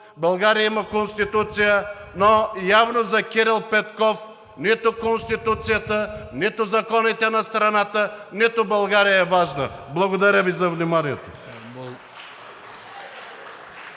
България има Конституция, но явно за Кирил Петков нито Конституцията, нито законите на страната, нито България е важна! (Ръкопляскания от